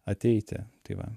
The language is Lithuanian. ateiti tai va